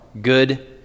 good